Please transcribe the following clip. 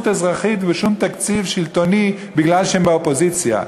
אזרחית ובשום תקציב שלטוני מפני שהם באופוזיציה,